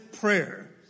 prayer